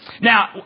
Now